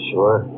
Sure